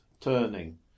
turning